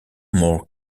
more